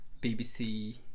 BBC